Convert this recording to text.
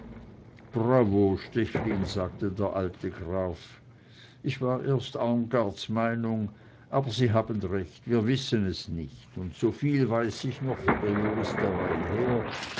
bravo stechlin sagte der alte graf ich war erst armgards meinung aber sie haben recht wir wissen es nicht und soviel weiß ich noch von der juristerei her